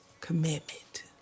commitment